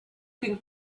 can